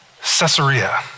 Caesarea